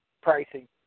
pricing